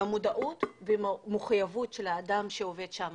במודעות ובמחויבות של האדם שעובד שם.